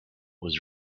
was